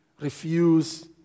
refuse